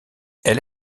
elle